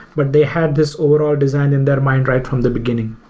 but they had this overall design in their mind right from the beginning.